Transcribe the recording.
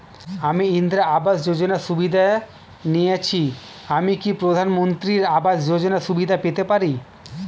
আমি ইন্দিরা আবাস যোজনার সুবিধা নেয়েছি আমি কি প্রধানমন্ত্রী আবাস যোজনা সুবিধা পেতে পারি?